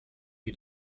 die